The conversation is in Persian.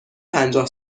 پنجاه